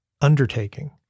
undertaking